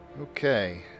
Okay